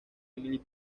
emily